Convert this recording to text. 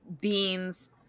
beans